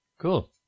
Cool